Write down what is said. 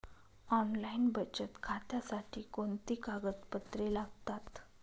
Online बचत खात्यासाठी कोणती कागदपत्रे लागतात?